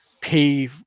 pay